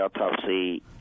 autopsy